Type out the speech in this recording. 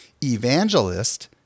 evangelist